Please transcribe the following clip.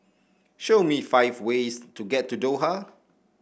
show me five ways to get to Doha